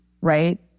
right